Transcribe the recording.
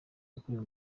wakoreye